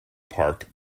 park